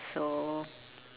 so